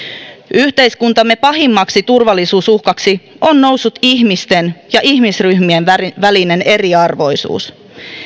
yhteiskuntamme pahimmaksi turvallisuusuhkaksi on noussut ihmisten ja ihmisryhmien välinen eriarvoisuus